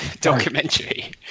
documentary